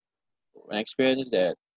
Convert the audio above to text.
an experience that